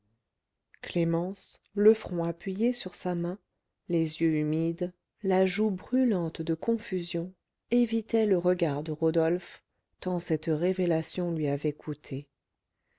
clémence le front appuyé sur sa main les yeux humides la joue brûlante de confusion évitait le regard de rodolphe tant cette révélation lui avait coûté